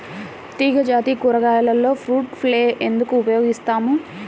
తీగజాతి కూరగాయలలో fruit fly ఎందుకు ఉపయోగిస్తాము?